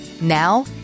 Now